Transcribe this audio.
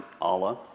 Allah